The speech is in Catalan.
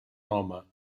home